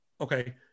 okay